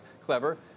clever